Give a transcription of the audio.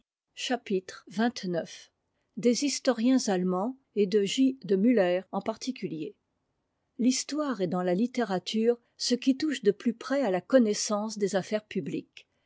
chapitre xxix des historiens allemands et de y de müller en particulier l'histoire est dans la ittérature ce qui touche de plus près à la connaissance des affaires publiques